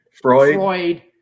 Freud